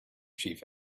chief